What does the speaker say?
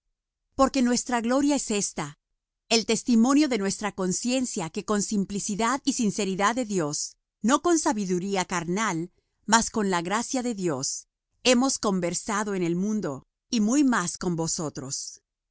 porque nuestra gloria es esta el testimonio de nuestra conciencia que con simplicidad y sinceridad de dios no con sabiduría carnal mas con la gracia de dios hemos conversado en el mundo y muy más con vosotros